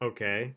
Okay